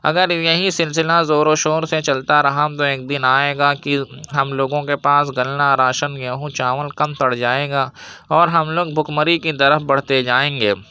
اگر یہی سلسلہ زور و شور سے چلتا رہا تو ایک دن آئے گا کہ ہم لوگوں کے پاس غلہ راشن گیہوں چاول کم پڑ جائے گا اور ہم لوگ بھک مری کی طرف بڑھتے جائیں گے